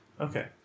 Okay